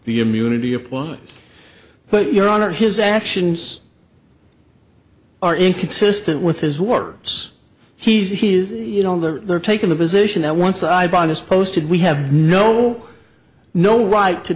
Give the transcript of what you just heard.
the immunity apply but your honor his actions are inconsistent with his words he is you know they're taking the position that once i bond is posted we have no no right to